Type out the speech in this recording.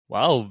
Wow